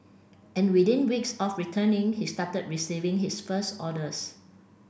and within weeks of returning he started receiving his first orders